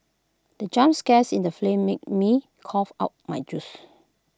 the jump scares in the flame made me cough out my juice